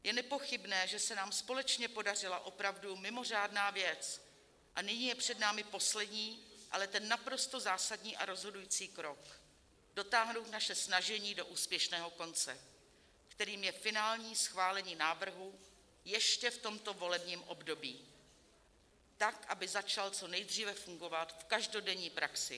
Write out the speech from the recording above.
Je nepochybné, že se nám společně podařila opravdu mimořádná věc, a nyní je před námi poslední, ale ten naprosto zásadní a rozhodující krok, dotáhnout naše snažení do úspěšného konce, kterým je finální schválení návrhu ještě v tomto volebním období tak, aby začal co nejdříve fungovat v každodenní praxi.